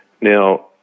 Now